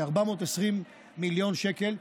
כ-420 מיליון שקל,